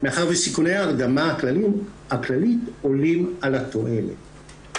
מאחר שסיכוני ההרדמה הכללית עולים על התועלת.